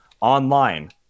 online